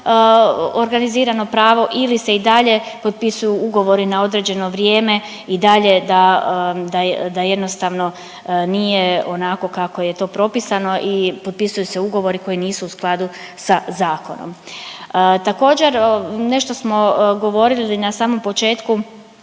organizirano pravo ili se i dalje potpisuju ugovori na određeno vrijeme i dalje da, da jednostavno nije onako kako je to propisano i potpisuju se ugovori koji nisu u skladu sa zakonom. Također nešto smo govorili na samom početku